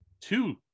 two